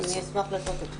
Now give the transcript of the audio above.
אני אשמח לעשות את זה.